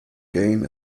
gain